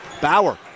Bauer